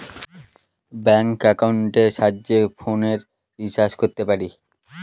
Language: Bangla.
ব্যাঙ্ক একাউন্টের সাহায্যে ফোনের রিচার্জ করতে পারি